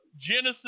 Genesis